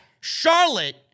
Charlotte